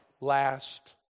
last